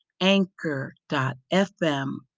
anchor.fm